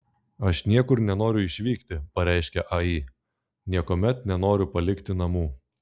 aš niekur nenoriu išvykti pareiškė ai niekuomet nenoriu palikti namų